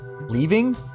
leaving